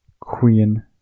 queen